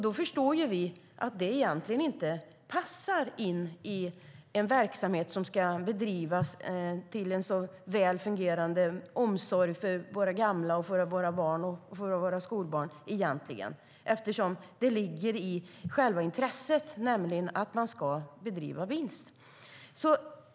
Då förstår vi ju att de egentligen inte passar i en verksamhet som ska bedrivas med en väl fungerande omsorg för våra gamla, våra barn och våra skolbarn, eftersom det ligger i själva intresset att de ska bedriva verksamhet med vinst.